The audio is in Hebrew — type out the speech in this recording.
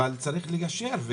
אבל צריך לגשר.